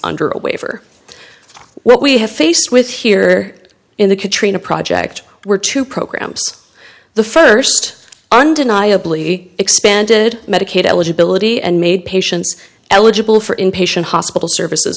under a waiver what we have faced with here in the katrina project were two programs the first undeniably expanded medicaid eligibility and made patients eligible for inpatient hospital services